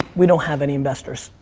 we don't have any investors.